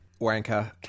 Wanker